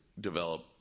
develop